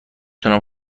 تونم